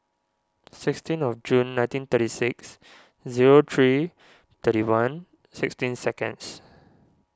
sixteen of June nineteen thirty six zero three thirty one sixteen seconds